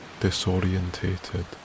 disorientated